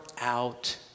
out